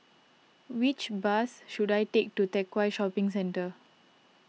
which bus should I take to Teck Whye Shopping Centre